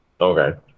Okay